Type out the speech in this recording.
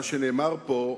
מה שנאמר פה,